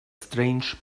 strange